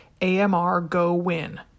AMRGOWIN